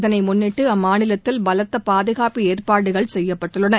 இதனை முன்னிட்டு அம்மாநிலத்தில் பாதுகாப்பு ஏற்பாடுகள் செய்யப்பட்டுள்ளன